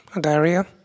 diarrhea